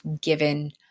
given